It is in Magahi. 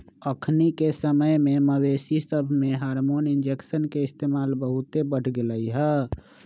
अखनिके समय में मवेशिय सभमें हार्मोन इंजेक्शन के इस्तेमाल बहुते बढ़ गेलइ ह